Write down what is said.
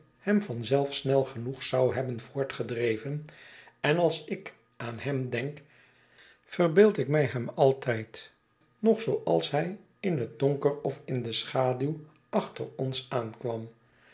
hem van zelf snel genoeg zou hebben voortgedreven en als ik aan hem denk verbeeld ik mij hem altijd nog zooals hij in het donker of in de schaduw achter ons aankwam